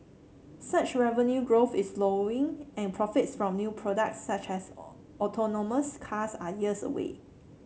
search revenue growth is slowing and profits from new products such as autonomous cars are years away